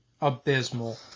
abysmal